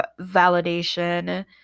validation